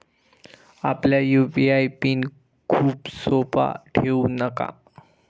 आपला UPI pin खूप सोपा ठेवू नका